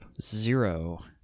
Zero